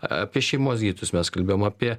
apie šeimos gydytojus mes kalbėjom apie